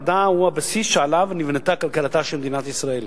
המדע הוא הבסיס שעליו נבנתה כלכלתה של מדינת ישראל.